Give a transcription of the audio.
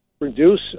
reduce